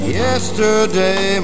yesterday